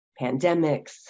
pandemics